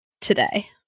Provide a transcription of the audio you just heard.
today